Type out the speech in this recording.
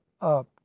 up